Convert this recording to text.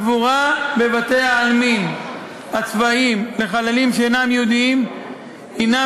הקבורה בבתי-העלמין הצבאיים של חללים שאינם יהודים הנה